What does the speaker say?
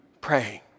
Praying